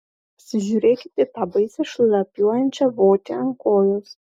pasižiūrėkit į tą baisią šlapiuojančią votį ant kojos